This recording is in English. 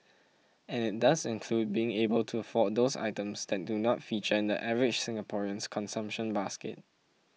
and it does include being able to afford those items that do not feature in the average Singaporean's consumption basket